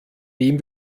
dem